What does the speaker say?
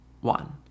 One